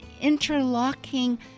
interlocking